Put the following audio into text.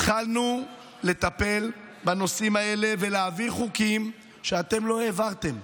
התחלנו לטפל בנושאים האלה ולהעביר חוקים שאתם לא העברתם: